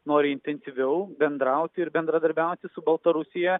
nori intensyviau bendrauti ir bendradarbiauti su baltarusija